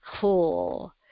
cool